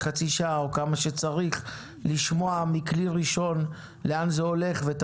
חצי שעה או כמה שצריך לשמוע מכלי ראשון לאן זה הולך ואת